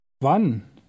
Wann